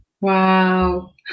Wow